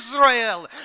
Israel